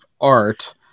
art